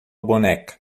boneca